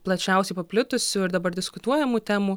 plačiausiai paplitusių ir dabar diskutuojamų temų